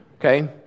Okay